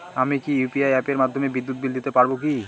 আমি কি ইউ.পি.আই অ্যাপের মাধ্যমে বিদ্যুৎ বিল দিতে পারবো কি?